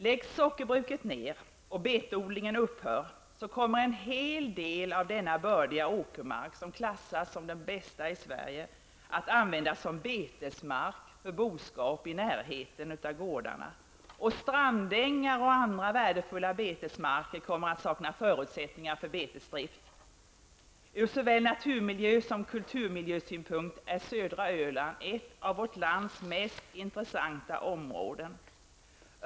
Om sockerbruket läggs ner och betodlingen upphör, kommer en hel del av denna åkermark, som klassas som den bästa i Sverige, att användas som betesmark för boskap i närheten av gårdarna. Strandängar och andra värdefulla betesmarker kommer då att sakna förutsättningar för betesdrift. Ur såväl naturmiljö som kulturmiljösynpunkt är södra Öland ett av vårt lands mest intressanta områden.